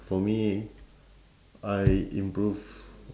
for me I improve